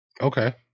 Okay